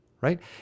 right